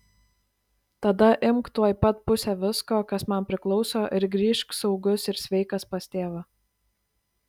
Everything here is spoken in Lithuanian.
tada imk tuoj pat pusę visko kas man priklauso ir grįžk saugus ir sveikas pas tėvą